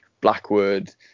Blackwood